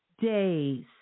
days